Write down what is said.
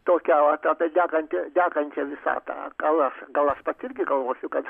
tokią vat apie degantį degančią visatą gal aš gal pati irgi galvosiu kad